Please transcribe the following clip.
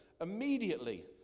Immediately